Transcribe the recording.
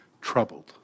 troubled